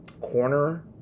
corner